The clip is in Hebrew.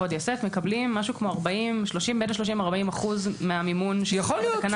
עובדיה יוסף מקבלים בין 30% ל-40% מהמימון --- בתקנה.